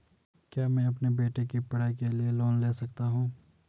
क्या मैं अपने बेटे की पढ़ाई के लिए लोंन ले सकता हूं?